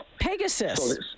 Pegasus